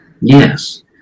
Yes